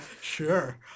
Sure